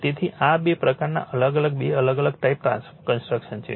તેથી આ બે પ્રકારના અલગ અલગ બે અલગ અલગ ટાઈપ કન્સ્ટ્રકશન છે